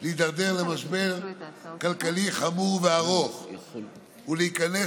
להידרדר למשבר כלכלי חמור וארוך ולהיכנס